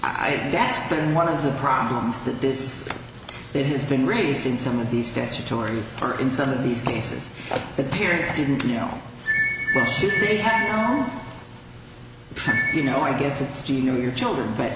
think that's been one of the problems that this that has been raised in some of these statutory or in some of these cases that parents didn't know they had you know i guess it's genial your children but